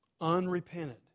unrepented